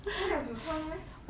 他要煮汤 meh